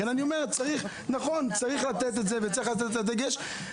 צריך לתת את הדגש.